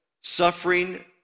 suffering